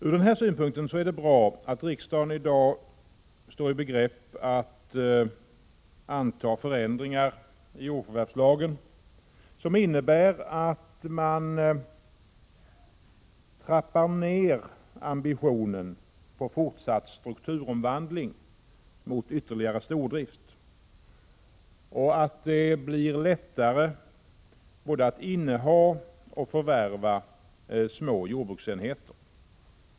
Ur denna synpunkt är det bra att riksdagen i dag står i begrepp att anta förändringar i jordförvärvslagen, som innebär att man trappar ner ambitionen på fortsatt strukturomvandling mot ytterligare stordrift och att det blir lättare både att inneha och att förvärva små jordbruksenheter.